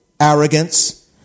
arrogance